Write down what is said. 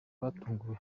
batunguwe